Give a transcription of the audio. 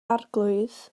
arglwydd